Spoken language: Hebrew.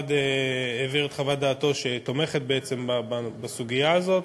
המשרד העביר את חוות דעתו שתומכת בסוגיה הזאת.